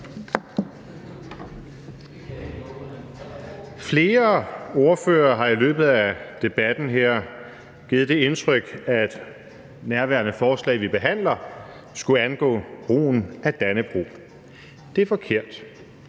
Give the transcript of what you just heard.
Flere ordførere har i løbet af debatten her givet indtryk af, at nærværende forslag, som vi behandler, skulle angå brugen af Dannebrog. Det er forkert.